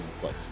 place